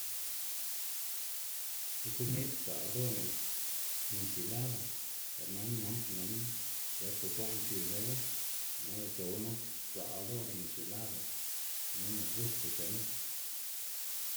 Ti komid sdza'l ldo'ná inchilada ber nana nandná gan bepekwa'n xiu lowa, ñala c̲h̲ownu sdza'l ldo'ná enchilado gunu nak gusto chenná.